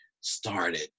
started